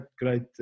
great